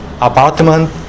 apartment